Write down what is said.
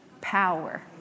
power